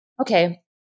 okay